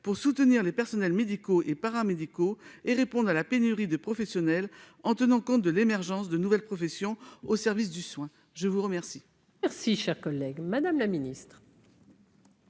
de soutenir les personnels médicaux et paramédicaux et de répondre à la pénurie de professionnels, en tenant compte de l'émergence de nouvelles professions au service du soin. La parole est à Mme la ministre déléguée. Madame la sénatrice,